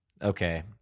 Okay